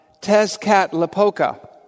Tezcatlipoca